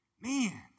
Man